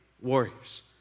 warriors